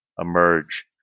emerge